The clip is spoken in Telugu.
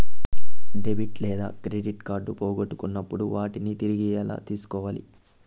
డెబిట్ లేదా క్రెడిట్ కార్డులు పోగొట్టుకున్నప్పుడు వాటిని తిరిగి ఎలా తీసుకోవాలి